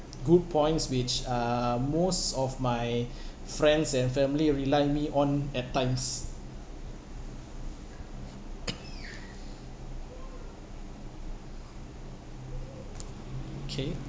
good points which uh most of my friends and family rely me on at times K